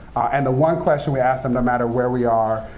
and the one question we ask them, no matter where we are,